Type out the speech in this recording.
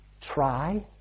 try